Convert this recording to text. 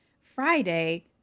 Friday